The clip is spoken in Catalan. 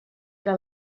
que